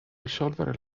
risolvere